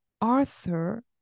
Arthur